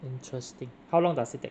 interesting how long does it take